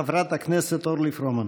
חברת הכנסת אורלי פרומן.